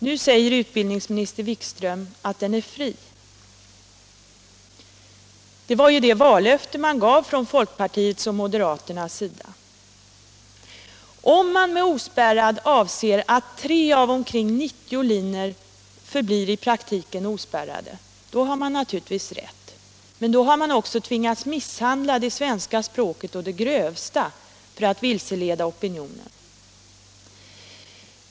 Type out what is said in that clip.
Nu säger utbildningsminister Wikström att den är fri. Det var ju det vallöftet moderaterna och folkpartiet gav. Om man med ”ospärrad” avser att tre av omkring 90 linjer förblir i praktiken ospärrade har man rätt, men då har man också tvingats misshandla det svenska språket på det grövsta för att vilseleda opinionen.